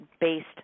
based